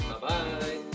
Bye-bye